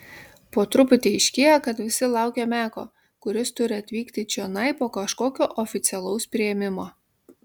po truputį aiškėja kad visi laukia meko kuris turi atvykti čionai po kažkokio oficialaus priėmimo